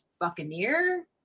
buccaneer